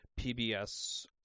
PBS